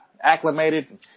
acclimated